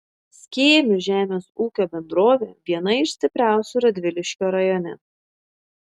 skėmių žemės ūkio bendrovė viena iš stipriausių radviliškio rajone